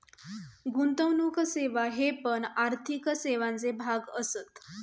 गुंतवणुक सेवा हे पण आर्थिक सेवांचे भाग असत